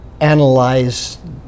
analyze